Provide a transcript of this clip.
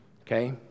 Okay